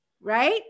Right